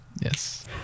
yes